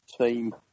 team